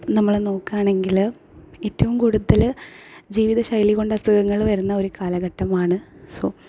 ഇപ്പം നമ്മൾ നോക്കുകയാണെങ്കിൽ ഏറ്റവും കൂടുതൽ ജീവിതശൈലി കൊണ്ട് അസുഖങ്ങൾ വരുന്ന ഒരു കാലഘട്ടമാണ് സൊ